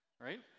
right